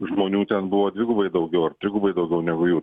žmonių ten buvo dvigubai daugiau ar trigubai daugiau negu jų